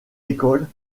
école